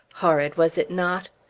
horrid, was it not?